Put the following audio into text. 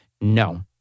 No